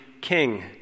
king